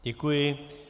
Děkuji.